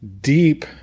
deep